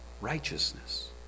Righteousness